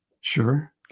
Sure